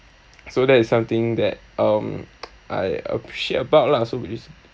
so that is something that um I appreciate about lah so it's